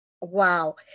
Wow